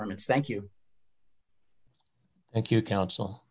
rm its thank you thank you counsel